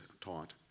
taught